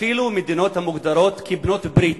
אפילו מדינות המוגדרות כבעלות-ברית?